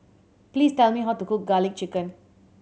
please tell me how to cook Garlic Chicken